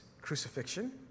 crucifixion